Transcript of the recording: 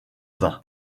vin